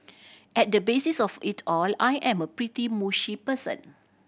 at the basis of it all I am a pretty mushy person